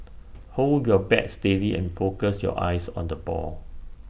hold your bat steady and focus your eyes on the ball